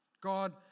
God